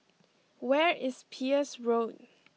where is Peirce Road